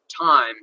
time